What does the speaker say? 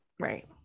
Right